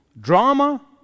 drama